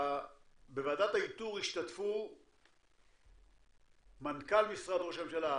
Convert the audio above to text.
אומר שבוועדת האיתור ישתתפו מנכ"ל משרד ראש הממשלה,